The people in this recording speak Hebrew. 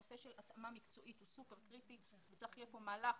הנושא של התאמה מקצועית הוא סופר קריטי וצריך יהיה כאן מהלך